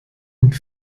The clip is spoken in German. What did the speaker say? und